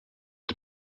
the